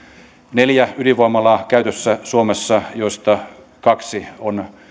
neljä ydinvoimalaa käytössä suomessa joista kaksi on